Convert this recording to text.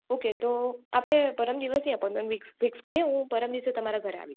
okay તો આપણે પરમદિવસની એપોઇન્ટમેન્ટ ફિક્સ ફિક્સ કરીએ હું પરમદિવસે તમારા ઘરે આવીશ